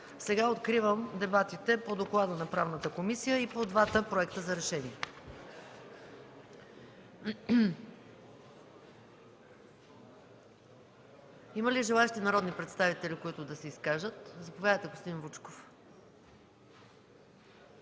Сега откривам дебатите по доклада на Правната комисия и по двата проекта за решения. Има ли желаещи народни представители да се изкажат? Заповядайте, господин Вучков.